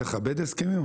צריך לכבד הסכמים,